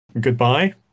Goodbye